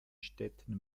städte